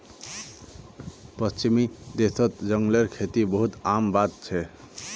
पश्चिमी देशत जंगलेर खेती बहुत आम बात छेक